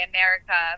America